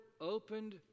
opened